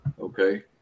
Okay